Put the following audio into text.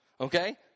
Okay